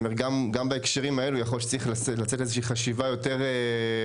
יכול להיות שגם בהקשרים האלה צריך לנצל איזשהו חשיבה יותר עמוקה